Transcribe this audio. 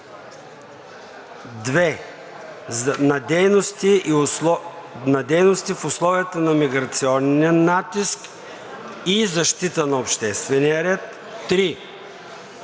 2. на дейности в условията на миграционен натиск и защита на обществения ред; 3.